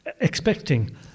expecting